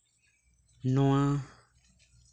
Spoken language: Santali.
ᱱᱚᱶᱟ